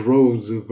Roads